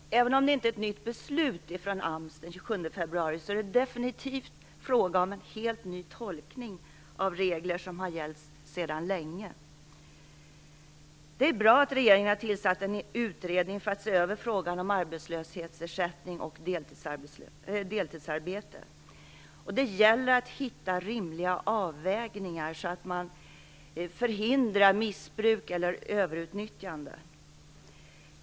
Fru talman! Även om det inte var ett nytt beslut från AMS den 27 februari, är det definitivt fråga om en helt ny tolkning av regler som har gällt sedan länge. Det är bra att regeringen har tillsatt en utredning för att se över frågan om arbetslöshetsersättning och deltidsarbete. Det gäller att hitta rimliga avvägningar så att man förhindrar missbruk eller överutnyttjande.